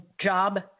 job